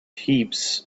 heaps